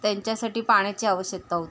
त्यांच्यासाठी पाण्याची आवश्यकता होती